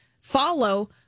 follow